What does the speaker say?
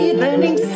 burning